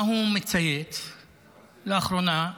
מה הוא מצייץ לאחרונה?